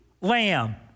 lamb